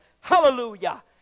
hallelujah